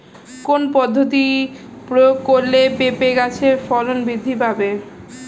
কোন পদ্ধতি প্রয়োগ করলে পেঁপে গাছের ফলন বৃদ্ধি পাবে?